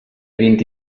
vint